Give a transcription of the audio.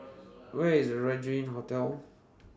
Where IS Regin Hotel